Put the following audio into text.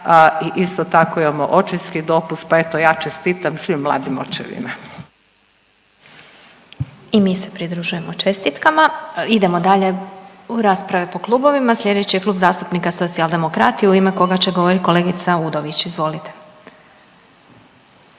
isto tako imamo očinski dopust, pa eto ja čestitam svim mladim očevima. **Glasovac, Sabina (SDP)** I mi se pridružujemo čestitkama. Idemo dalje u rasprave po klubovima, slijedeći je Klub zastupnika Socijaldemokrati u ime koga će govorit kolegica Udović, izvolite.